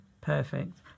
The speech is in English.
Perfect